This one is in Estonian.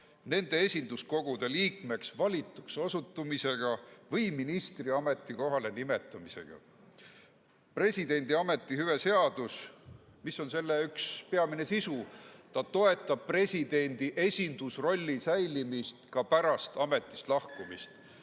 nende esinduskogude liikmeks valituks osutumisega või ministri ametikohale nimetamisega. Presidendi ametihüve seadus – mis on selle üks peamine sisu? See toetab presidendi esindusrolli säilimist ka pärast ametist lahkumist.